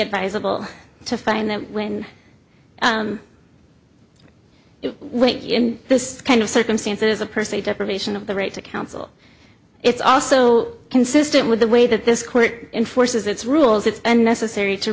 advisable to find that when what you in this kind of circumstance is a person a deprivation of the right to counsel it's also consistent with the way that this court enforces its rules it's unnecessary to